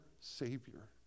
Savior